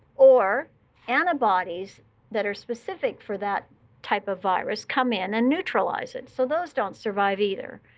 or antibodies that are specific for that type of virus come in and neutralize it. so those don't survive either.